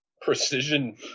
precision